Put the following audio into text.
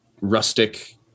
rustic